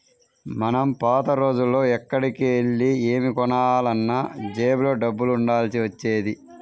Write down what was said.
మనం పాత రోజుల్లో ఎక్కడికెళ్ళి ఏమి కొనాలన్నా జేబులో డబ్బులు ఉండాల్సి వచ్చేది